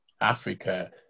Africa